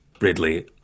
Ridley